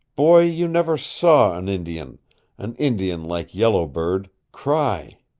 boy, you never saw an indian an indian like yellow bird cry.